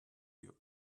you